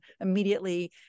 immediately